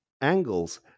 angles